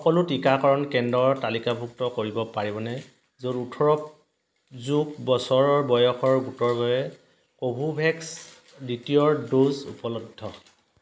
সকলো টিকাকৰণ কেন্দ্ৰৰ তালিকাভুক্ত কৰিব পাৰিবনে য'ত ওঠৰ যোগ বছৰৰ বয়সৰ গোটৰ বাবে কোভোভেক্সৰ দ্বিতীয় ড'জ উপলব্ধ